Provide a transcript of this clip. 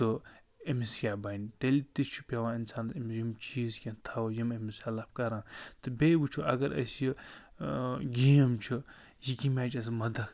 تہٕ أمِس کیٛاہ بنہِ تیٚلہِ تہِ چھُ پٮ۪وان اِنسانس یِم یِم چیٖز کیٚنٛہہ تھاوو یِم أمِس ہیٚلٕف کَران تہٕ بیٚیہِ وُچھو اگر أسۍ یہِ گیٚم چھُ یہِ کٔمہِ آیہِ چھِ اَسہِ مدتھ